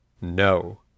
no